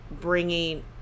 bringing